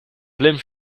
blême